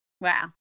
Wow